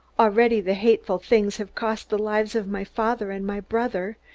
already the hateful things have cost the lives of my father and my brother,